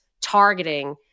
targeting